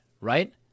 right